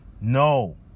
no